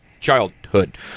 childhood